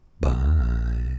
Bye